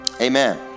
amen